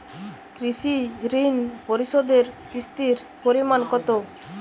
কৃষি ঋণ পরিশোধের কিস্তির পরিমাণ কতো?